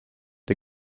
der